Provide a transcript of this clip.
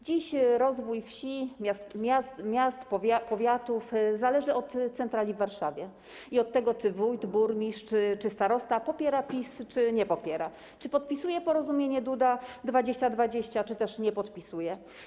Dziś rozwój wsi i miast, powiatów zależy od centrali w Warszawie i od tego, czy wójt, burmistrz czy starosta popiera PiS, czy nie popiera, czy podpisuje porozumienie Duda 2020, czy też nie podpisuje.